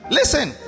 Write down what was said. listen